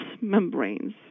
membranes